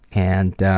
and